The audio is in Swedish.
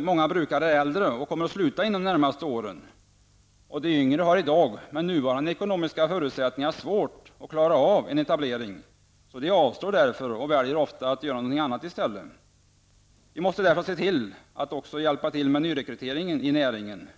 Många brukare är äldre och kommer att sluta inom de närmaste åren. De yngre har i dag med nuvarande ekonomiska förutsättningar svårt att klara av en etablering. De avstår därför ofta och väljer att göra någonting annat i stället. Vi måste därför se till att vi får en nyrekrytering till näringen.